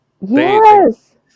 Yes